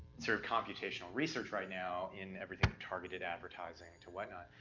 sort of computational research right now in everything targeted advertising to whatnot.